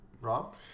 Rob